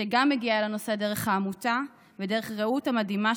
שגם מגיעה לנושא דרך העמותה ודרך רעות המדהימה,